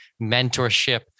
mentorship